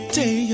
day